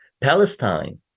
Palestine